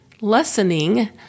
lessening